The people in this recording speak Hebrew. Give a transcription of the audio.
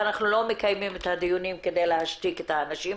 ואנחנו לא מקיימים את הדיונים כדי להשתיק את האנשים,